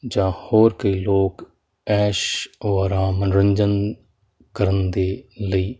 ਜਾਂ ਹੋਰ ਕਈ ਲੋਕ ਐਸ਼ ਓ ਆਰਾਮ ਮਨੋਰੰਜਨ ਕਰਨ ਦੇ ਲਈ